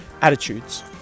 attitudes